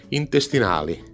intestinali